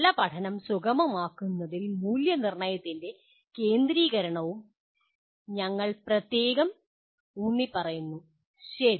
നല്ല പഠനം സുഗമമാക്കുന്നതിൽ മൂല്യനിർണ്ണയത്തിൻ്റെ കേന്ദ്രീകരണവും ഞങ്ങൾ പ്രത്യേകം ഊന്നിപ്പറയുന്നു ശരി